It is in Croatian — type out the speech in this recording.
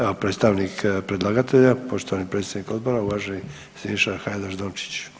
Evo predstavnik predlagatelja poštovani predsjednik Odbora uvaženi Siniša Hajdaš-Dončić.